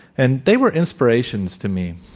and they were inspirations to me.